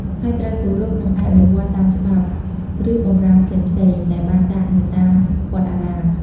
ហើយត្រូវគោរព និងអនុវត្តតាមច្បាប់ ឬបម្រាមផ្សេងៗដែលបានដាក់នៅតាមវត្តអារាម។